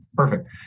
Perfect